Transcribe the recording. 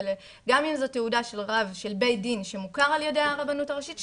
גם אם זו תעודת רב של בית דין שמוכר על ידי הרבנות הראשית,